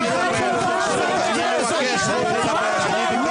חבר'ה תתנו לו לגמור --- עם כל הכבוד, עם כל